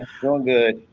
feel good.